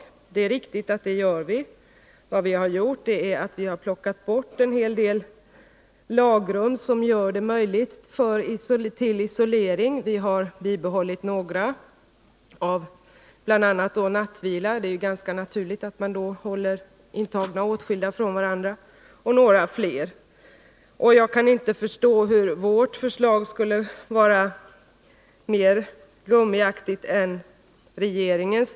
Det är riktigt att vi gör det. Vi har plockat bort en hel del lagrum som gör det möjligt att tillgripa isolering. Vi har bibehållit några, bl.a. det om nattvila. Det är ganska naturligt att man nattetid håller intagna åtskilda från varandra. Jag kan inte förstå hur vårt förslag skulle vara mer ”gummiaktigt” än regeringens.